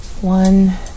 One